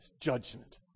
judgment